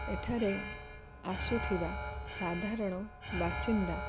ଏଠାରେ ଆସୁଥିବା ସାଧାରଣ ବାସିନ୍ଦା